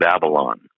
Babylon